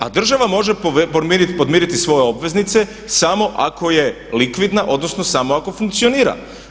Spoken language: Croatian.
A država može podmiriti svoje obveznice samo ako je likvidna, odnosno samo ako funkcionira.